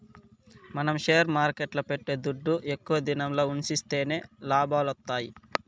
మనం షేర్ మార్కెట్ల పెట్టే దుడ్డు ఎక్కువ దినంల ఉన్సిస్తేనే లాభాలొత్తాయి